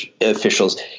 officials